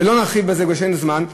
ולא נרחיב בזה בגלל שאין זמן.